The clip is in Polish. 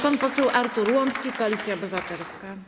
Pan poseł Artur Łącki, Koalicja Obywatelska.